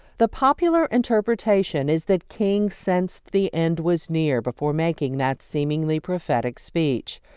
the popular interpretation is that king sensed the end was near before making that seemingly prophetic speech.